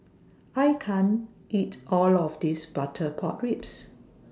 I can't eat All of This Butter Pork Ribs